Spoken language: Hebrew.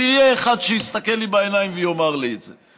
שיהיה אחד שיסתכל לי בעיניים ויאמר לי את זה.